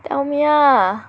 tell me lah